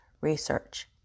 research